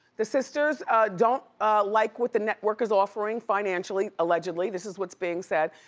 the sisters don't like what the network is offering financially, allegedly, this is what's being said.